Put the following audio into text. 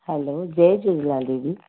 हलो जय झूलेलाल दीदी